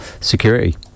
security